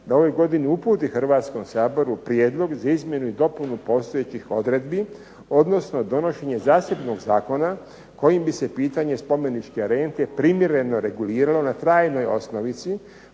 da ove godine uputi Hrvatskom saboru prijedlog za izmjenu i dopunu postojećih odredbi, odnosno donošenje zasebnog zakona kojim bi se pitanje spomeničke rente primjereno reguliralo na trajnoj osnovici